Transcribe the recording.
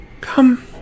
Come